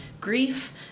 grief